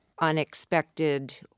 unexpected